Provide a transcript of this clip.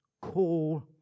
call